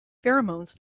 pheromones